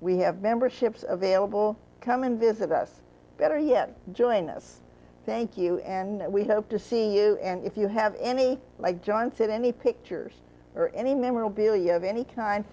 we have memberships of vailable come and visit us better yet join us thank you and we hope to see you and if you have any like johnson any pictures or any memorabilia of any kind